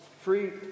Free